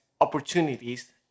opportunities